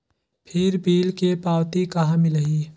फिर बिल के पावती कहा मिलही?